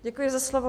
Děkuji za slovo.